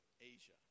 Asia